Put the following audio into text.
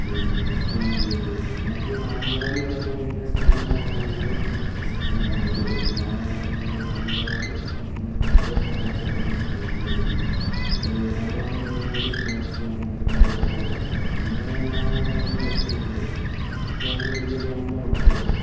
പിന്നെ S K N J ഉണ്ട് മെയിനായിട്ട് മാനന്തവാടിയിലെ ഏറ്റവും വലിയ സ്ക്കൂൾ എന്ന് പറഞ്ഞു കഴിഞ്ഞാൽ എസ് കെ ഇത് വയനാട് എന്താ പറയുക മാനന്തവാടി വൊക്കേഷണൽ ഹയർ സെക്കൻ്ററി സ്കൂളാണ് വലുത് അവിടെയാണ് മെയിനായിട്ട് സ്പോർട്സ് അങ്ങനത്തെ കാര്യങ്ങളൊക്കെ നടക്കുക പിന്നെ രണ്ടാമതെന്ന് പറഞ്ഞു കഴിഞ്ഞാൽ എസ് കെ എൻ ജെ ആണ് അത്യാവശ്യം വലിയ ഗ്രൗണ്ടും അവിടുത്തെ ആണ്